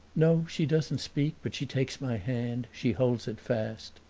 no, she doesn't speak, but she takes my hand. she holds it fast.